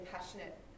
passionate